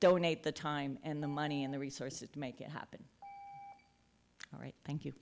donate the time and the money and the resources to make it happen all right thank you